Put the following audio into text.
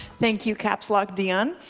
thank you caps lock dion.